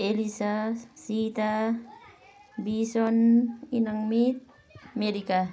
Elisa सिता बिसन इनङ्गमित मेरिका